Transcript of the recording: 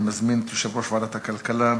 אני מזמין את יושב-ראש ועדת הכלכלה,